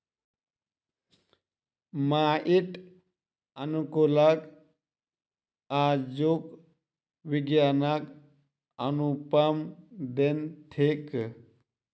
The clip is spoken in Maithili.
माइट अनुकूलक आजुक विज्ञानक अनुपम देन थिक